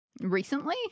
Recently